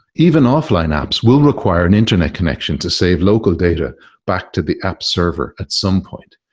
even offline apps will require an internet connection to save local data back to the app server at some point,